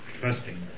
trusting